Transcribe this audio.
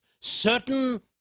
certain